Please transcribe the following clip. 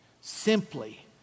simply